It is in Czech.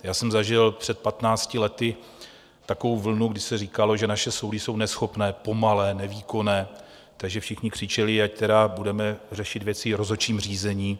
Já jsem zažil před patnácti lety takovou vlnu, kdy se říkalo, že naše soudy jsou neschopné, pomalé, nevýkonné, takže všichni křičeli, ať tedy budeme řešit věci v rozhodčím řízení.